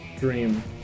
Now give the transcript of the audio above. dream